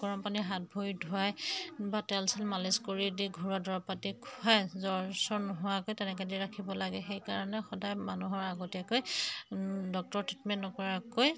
গৰম পানীৰে হাত ভৰি ধুৱাই বা তেল চেল মালিচ কৰি দি ঘৰুৱা দৰৱ পাতি খুৱাই জ্বৰ চৰ নোহোৱাকৈ তেনেকৈ দি ৰাখিব লাগে সেইকাৰণে সদায় মানুহৰ আগতীয়াকৈ ডক্টৰ ট্ৰিটমেণ্ট নকৰাকৈ